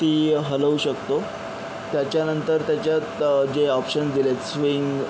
ती हलवू शकतो त्याच्यानंतर त्याच्यात जे ऑप्शन दिले आहेत स्विंग